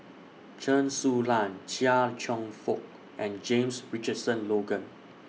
Chen Su Lan Chia Cheong Fook and James Richardson Logan